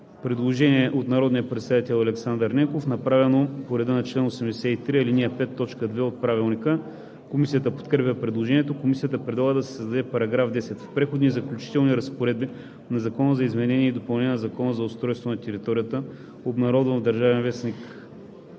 Предложение от народния представител Александър Ненков, направено по реда на чл. 83, ал. 5, т. 2 от Правилника. Комисията подкрепя предложението. Комисията предлага да се създаде § 9: „§ 9. В преходните и заключителните разпоредби на Закона за изменение и допълнение на Закона за устройство на територията (обн., ДВ, бр. …) в